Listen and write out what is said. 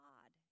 God